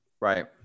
Right